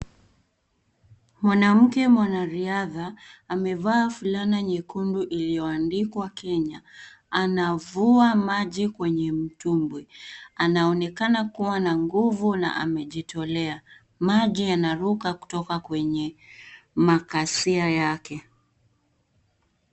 Mwanamke mwanariadha amevaa fulana nyekundu iliyoandikwa Kenya. Anavua maji kwenye mtumbwi, anaonekana kuwa ananguvu na amejitolea. Maji yanaruka kutoka kwenye makasia yake.